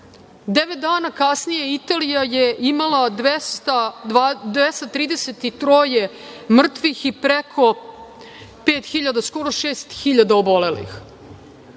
dana kasnije, Italija je imala 233 mrtvih i preko 5.000, skoro 6.000 obolelih